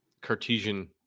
Cartesian